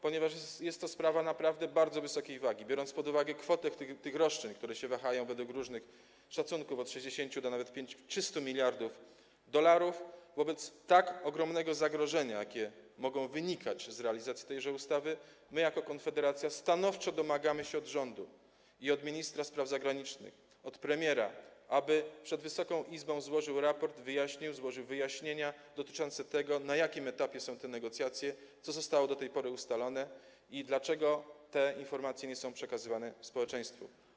Ponieważ jest to sprawa naprawdę bardzo dużej wagi, biorąc pod uwagę kwotę tych roszczeń, której wielkość waha się według różnych szacunków od 60 do nawet 300 mld dolarów, wobec tak ogromnego zagrożenia, jakie może wynikać z realizacji tejże ustawy, my jako Konfederacja stanowczo domagamy się od rządu i od ministra spraw zagranicznych, od premiera, aby złożyli raport przed Wysoką Izbą, oraz wyjaśnienia dotyczące tego, na jakim etapie są te negocjacje, co zostało do tej pory ustalone i dlaczego te informacje nie są przekazywane społeczeństwu.